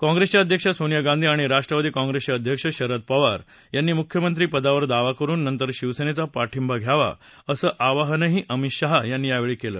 काँप्रेसच्या अध्यक्ष सोनिया गांधी आणि राष्ट्रवादी काँप्रेसचे अध्यक्ष शरद पवार यांनी मूख्यमंत्रीपदावर दावा करून नंतर शिवसेनेचा पाठिंबा घ्यावा असं आवाहनही अमित शहा यांनी यावेळी केलं